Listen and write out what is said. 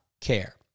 care